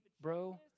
bro